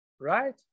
right